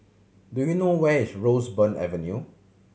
do you know where is Roseburn Avenue